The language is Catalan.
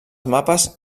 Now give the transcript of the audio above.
mapes